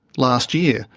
last year,